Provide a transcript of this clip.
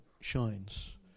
shines